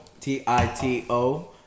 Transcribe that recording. T-I-T-O